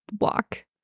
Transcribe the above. walk